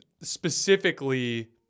specifically